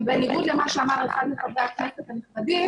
ובניגוד למה שאמר אחד מחברי הכנסת הנכבדים,